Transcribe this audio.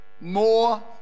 more